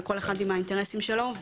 וכל אחד עם האינטרסים שלו.